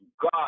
God